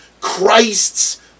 Christ's